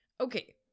Okay